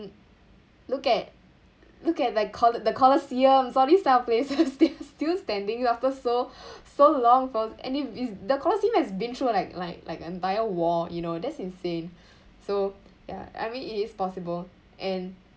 look at look at like colo~ the colosseum all these type of places there are still standing after so so long for and it is the colosseum has been through like like like entire war you know that's insane so ya I mean it is possible and